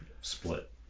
split